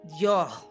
Yo